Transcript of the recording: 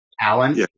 Alan